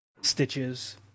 Stitches